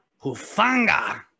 Hufanga